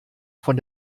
von